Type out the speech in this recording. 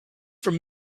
from